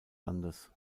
landes